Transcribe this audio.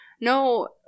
no